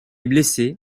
blessé